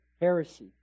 heresy